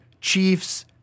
Chiefs